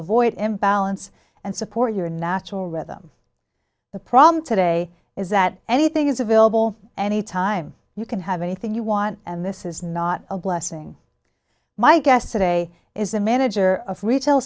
avoid imbalance and support your natural rhythm the problem today is that anything is available any time you can have anything you want and this is not a blessing my guest today is a manager of retail